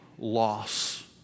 loss